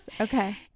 Okay